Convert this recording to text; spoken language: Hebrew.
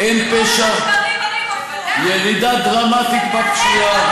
אין פשע, ירידה דרמטית בפשיעה.